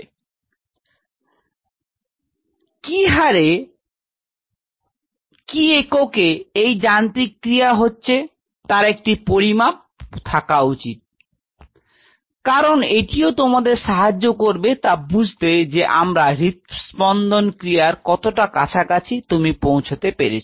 তো তো কি হারে কি এককে এই যান্ত্রিক ক্রিয়া হচ্ছে তার একটি পরিমাপ থাকা উচিত কারন এটিও তোমাদেরকে সাহায্য করবে তা বুঝতে যে আমার হৃদস্পন্দন ক্রিয়ার কতটা কাছাকাছি তুমি পৌঁছতে পেরেছ